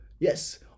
Yes